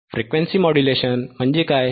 frequency modulation म्हणजे काय